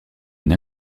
une